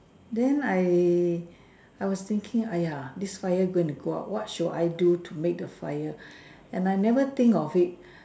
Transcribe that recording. then I I was thinking !aiya! this fire going to go out what should I do to make the fire and I never think of it